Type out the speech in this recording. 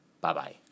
Bye-bye